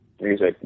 music